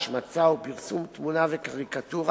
השמצה ופרסום תמונה וקריקטורה,